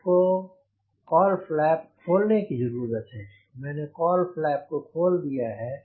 मुझको cowl flap खोलने की जरूरत है मैंने काव्ल फ्लैप को खोल दिया है